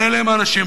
אלה הם האנשים.